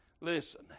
Listen